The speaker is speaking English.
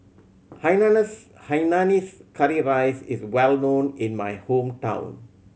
hainanese hainanese curry rice is well known in my hometown